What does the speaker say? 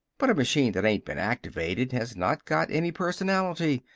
but a machine that ain't been activated has not got any personality.